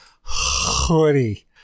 hoodie